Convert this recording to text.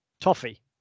toffee